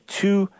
two